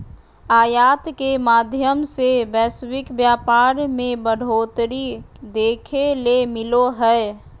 आयात के माध्यम से वैश्विक व्यापार मे बढ़ोतरी देखे ले मिलो हय